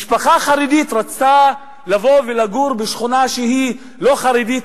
כאשר משפחה חרדית רצתה לבוא ולגור בשכונה שהיא לא חרדית,